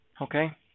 Okay